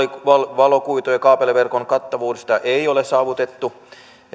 valokuitu ja kaapeliverkon kattavuudesta ei ole saavutettu